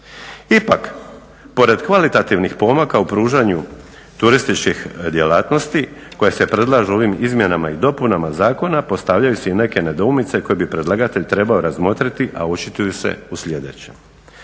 Ipak pored kvalitativnih pomaka u pružanju turističkih djelatnosti koje se predlažu ovim izmjenama i dopunama zakona postavljaju se i neke nedoumice koje bi predlagatelj trebao razmotriti a očituju se u sljedećem.